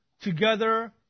Together